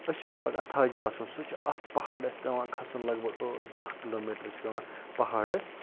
أسۍ چھِ وۄنۍ پَکان تھاجِواس کُن سُہ چھُ اَکھ پہاڑَس پٮ۪وان کھسُن لَگ بَگ ٲٹھ دَہ کِلوٗ میٖٹَر چھِ پٮ۪وان پہاڑَس